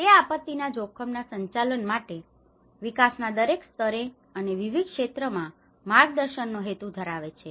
તે આપત્તિના જોખમના સંચાલન માટે વિકાસના દરેક સ્તરે અને વિવિધ ક્ષેત્રમાં માર્ગદર્શનનો હેતુ ધરાવે છે